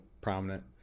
prominent